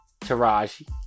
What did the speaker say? Taraji